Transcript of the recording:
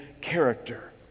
character